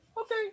Okay